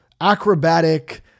acrobatic